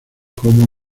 como